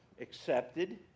accepted